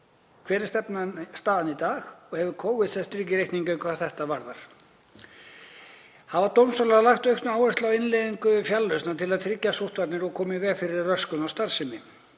Hver er staðan í dag og hefur Covid sett strik í reikninginn hvað þetta varðar? Hafa dómstólar lagt aukna áherslu á innleiðingu fjarlausna til að tryggja sóttvarnir og koma í veg fyrir röskun á starfsemi?